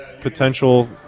potential